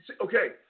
Okay